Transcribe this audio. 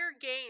game